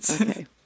Okay